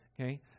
okay